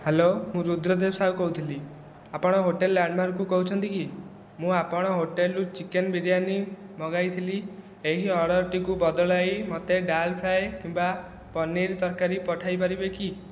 hello ମୁଁ ରୁଦ୍ରଦେବ ସାହୁ କହୁଥିଲି ଆପଣ ହୋଟେଲ ଲ୍ୟାଣ୍ଡମାର୍କରୁ କହୁଛନ୍ତି କି ମୁଁ ଆପଣଙ୍କ ହୋଟେଲରୁ ଚିକେନ ବିରିଆନୀ ମଗାଇଥିଲି ଏହି ଅର୍ଡ଼ର ଟିକୁ ବଦଳାଇ ମୋତେ ଡାଲ ଫ୍ରାଏ କିମ୍ବା ପନିର ତରକାରୀ ପଠାଇ ପାରିବେ କି